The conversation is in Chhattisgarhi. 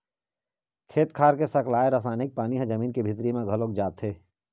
खेत खार के सकलाय रसायनिक पानी ह जमीन के भीतरी म घलोक जाथे